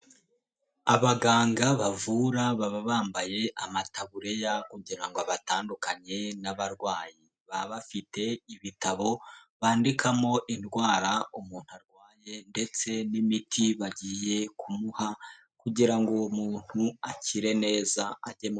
Abaganga bavura baba bambaye amataburiya kugira ngo batandukanye n'abarwayi baba bafite ibitabo bandikamo indwara umuntu arwaye ndetse n'imiti bagiye kumuha kugira ngo umuntu akire neza ajyemo..